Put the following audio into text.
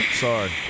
sorry